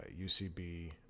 UCB